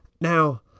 Now